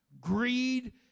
greed